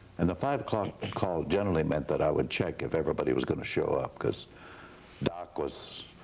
and a five o'clock call generally meant that i would check if everybody was going to show up. because doc was